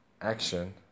action